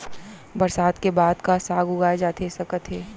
बरसात के बाद का का साग उगाए जाथे सकत हे?